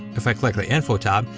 if i click the info tab,